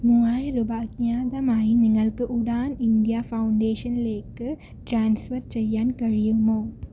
മൂവായിരം രൂപ അജ്ഞാതമായി നിങ്ങൾക്ക് ഉഡാൻ ഇന്ത്യ ഫൗണ്ടേഷനിലേക്ക് ട്രാൻസ്ഫർ ചെയ്യാൻ കഴിയുമോ